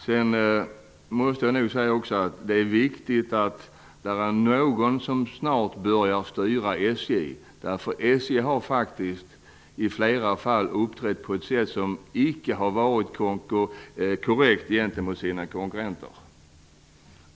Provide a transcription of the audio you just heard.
Sedan måste jag nog säga att det är viktigt att någon snart börjar styra SJ. SJ har faktiskt i flera fall uppträtt på ett sätt som icke har varit korrekt gentemot sina konkurrenter.